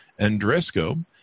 Andresco